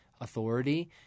authority